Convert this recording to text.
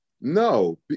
no